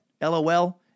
LOL